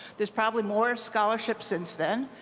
there's probably more scholarship since then.